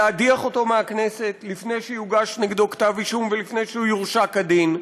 להדיח אותו מהכנסת לפני שיוגש נגדו כתב אישום ולפני שהוא יורשע כדין.